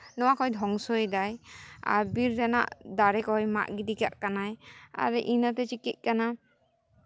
ᱱᱚᱣᱟ ᱠᱚᱭ ᱫᱷᱚᱝᱥᱚᱭᱮᱫᱟ ᱟᱨ ᱵᱤᱨ ᱨᱮᱱᱟᱜ ᱫᱟᱨᱮ ᱠᱚᱭ ᱢᱟᱜ ᱜᱤᱰᱤ ᱠᱟᱜ ᱠᱟᱱᱟᱭ ᱟᱨ ᱤᱱᱟᱹᱛᱮ ᱪᱤᱠᱟᱹᱜ ᱠᱟᱱᱟ